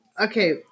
okay